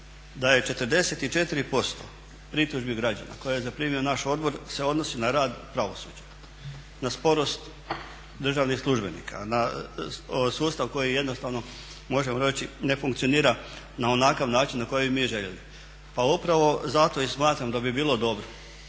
da je 44% pritužbi građana koje je zaprimio naš odbor se odnosi na rad pravosuđa, na sporost državnih službenika, na sustav koji jednostavno možemo reći ne funkcionira na onakav način na koji bi mi željeli. Pa upravo zato i smatram da bi bilo dobro